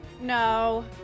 No